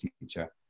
teacher